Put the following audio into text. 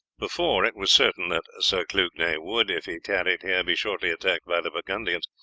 before, it was certain that sir clugnet would, if he tarried here, be shortly attacked by the burgundians,